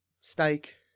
steak